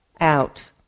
out